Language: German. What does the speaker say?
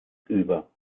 über